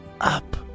up